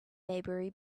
maybury